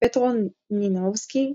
פטרו נינאובסקי,